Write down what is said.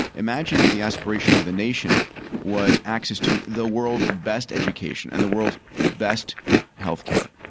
imagine if the aspiration of the nation was access to the world's best education and the world's best healthcare.